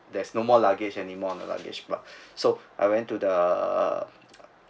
there's no more luggage anymore in the luggage belt so I went to the